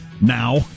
now